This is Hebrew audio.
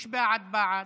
לא בעד, בעד?)